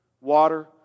water